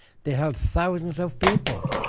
they held thousands of people,